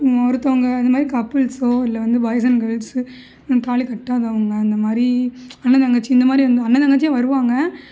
ஒருத்தவங்க இந்தமாதிரி கப்புள்ஸோ இல்லை வந்து பாய்ஸ் அண்ட் கேர்ள்ஸு தாலி கட்டாதவங்க அந்தமாதிரி அண்ண தங்கச்சி இந்தமாதிரி வந்தால் அண்ணன் தங்கச்சியும் வருவாங்க